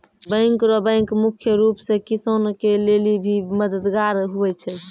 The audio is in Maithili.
बैंकर बैंक मुख्य रूप से किसान के लेली भी मददगार हुवै छै